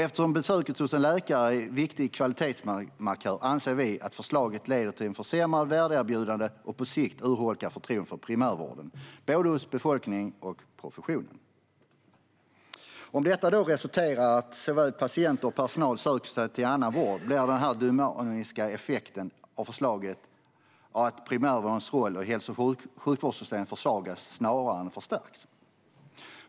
Eftersom besök hos läkare är en viktig kvalitetsmarkör anser vi att förslaget leder till ett försämrat värdeerbjudande och på sikt ett urholkat förtroende för primärvården - både hos befolkning och hos profession. Om detta då resulterar i att såväl patienter som personal söker sig till annan vård blir den dynamiska effekten av förslaget att primärvårdens roll i hälso och sjukvårdssystemet försvagas snarare än förstärks.